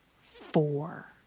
four